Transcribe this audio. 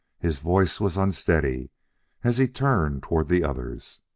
his voice was unsteady as he turned toward the others.